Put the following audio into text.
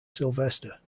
sylvester